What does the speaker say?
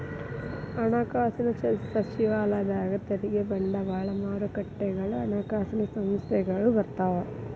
ಹಣಕಾಸಿನ ಸಚಿವಾಲಯದಾಗ ತೆರಿಗೆ ಬಂಡವಾಳ ಮಾರುಕಟ್ಟೆಗಳು ಹಣಕಾಸಿನ ಸಂಸ್ಥೆಗಳು ಬರ್ತಾವ